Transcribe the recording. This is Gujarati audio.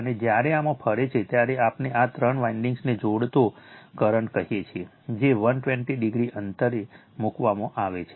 અને જ્યારે આમાં ફરે છે ત્યારે આપણે આ ત્રણેય વાઇન્ડીંગ્સને જોડતો કરંટ કહીએ છીએ જે 120 o અંતરે મૂકવામાં આવે છે